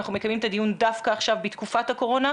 אנחנו מקיימים את הדיון דווקא עכשיו בתקופת הקורונה,